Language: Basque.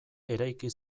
eraiki